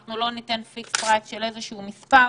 שהם לא ייתנו פיקס פרייס של איזה שהוא מספר,